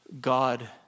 God